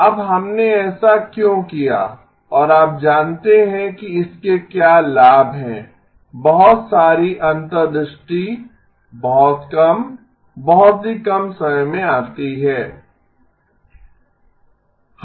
अब हमने ऐसा क्यों किया और आप जानते हैं कि इसके क्या लाभ हैं बहुत सारी अंतर्दृष्टि बहुत कम बहुत ही कम समय में आती हैं